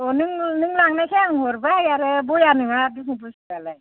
अह नों नों लांनायखाय आं हरबाय आरो बया नङा दिखु बुस्थुयालाय